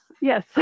Yes